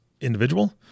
individual